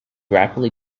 rapidly